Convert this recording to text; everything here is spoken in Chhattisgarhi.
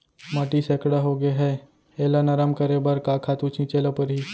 माटी सैकड़ा होगे है एला नरम करे बर का खातू छिंचे ल परहि?